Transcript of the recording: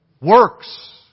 Works